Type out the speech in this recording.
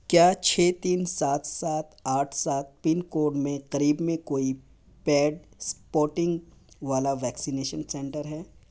کیا چھ تین سات سات آٹھ سات پن کوڈ میں قریب میں کوئی پیڈ اسپوٹنگ والا ویکسینیشن سنٹر ہے